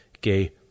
Gay